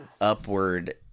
upward